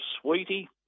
Sweetie